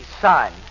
son